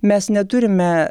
mes neturime